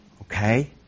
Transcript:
Okay